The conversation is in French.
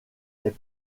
est